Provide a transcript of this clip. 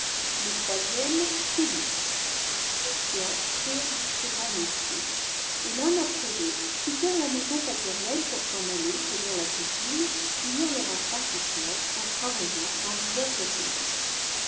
le troisième félix tous trois prirent différents métiers et tun après l'autre quittèrent la maison paternelle pour s'en aller selon la coutume finir leur apprentissage en travaillant dans divers ateliers